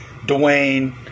Dwayne